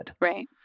Right